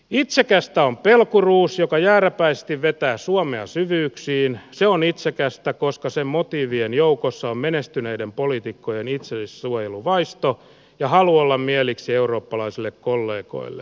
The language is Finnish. itsekästä on pelkuruus joka jääräpäisesti vetää suomea syvyyksiin se on itsekästä koska sen motiivien joukossa menestyneiden poliitikkojen itsesuojeluvaistoa ja halu olla mieliksi eurooppalaisille kollegoille